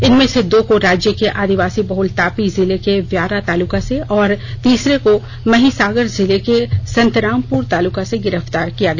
इनमें से दो को राज्य के आदिवासी बहल तापी जिले के व्यारा तालुका से और तीसरे को महिसागर जिले के संतरामपुर तालुका से गिरफ्तार किया गया